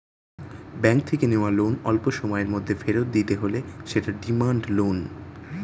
bank থেকে নেওয়া loan অল্পসময়ের মধ্যে ফেরত দিতে হলে সেটা ডিমান্ড লোন